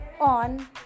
on